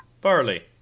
Barley